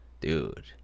dude